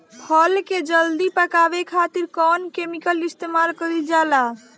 फल के जल्दी पकावे खातिर कौन केमिकल इस्तेमाल कईल जाला?